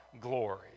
glory